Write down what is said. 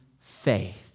faith